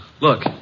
Look